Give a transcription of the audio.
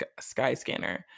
Skyscanner